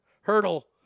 hurdle